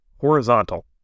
horizontal